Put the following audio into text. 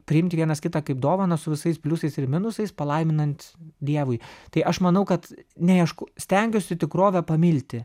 priimti vienas kitą kaip dovaną su visais pliusais ir minusais palaiminant dievui tai aš manau kad neaišku stengiuosi tikrovę pamilti